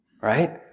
right